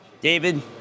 David